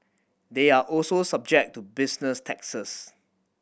they are also subject to business taxes